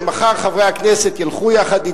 שמחר חברי הכנסת ילכו יחד אתי,